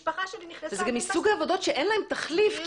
זה גם מסוג העבודות שאין להן תחליף כי